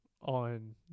on